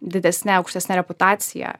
didesne aukštesne reputacija